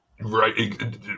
Right